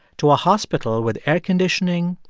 to a hospital with air conditioning,